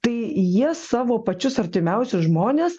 tai jie savo pačius artimiausius žmones